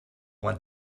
went